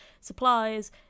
supplies